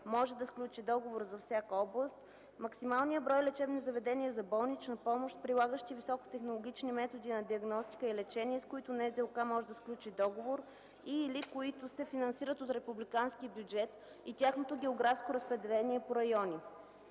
може да сключи договор за всяка област; максималния брой лечебни заведения за болнична помощ, прилагащи високотехнологични методи на диагностика и лечение, с които НЗОК може да сключи договор и/или които се финансират от републиканския бюджет, и тяхното географско разпределение по райони;